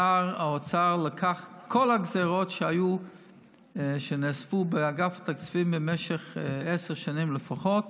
שר האוצר לקח את כל הגזרות שנאספו באגף תקציבים במשך עשר שנים לפחות